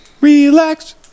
Relax